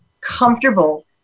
comfortable